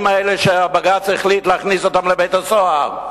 האלה שבג"ץ החליט להכניס אותם לבית-הסוהר,